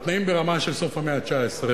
תנאים ברמה של סוף המאה ה-19.